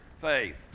faith